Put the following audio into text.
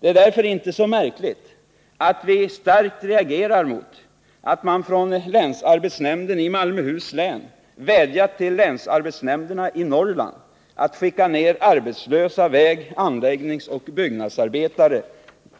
Det är därför inte så märkligt, att vi starkt reagerat mot att man från länsarbetsnämnden i Malmöhus län vädjat till länsarbetsnämnderna i Norrland att skicka ner arbetslösa väg-, anläggningsoch byggnadsarbetare